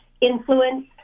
influence